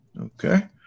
Okay